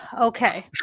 Okay